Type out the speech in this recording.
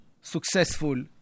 successful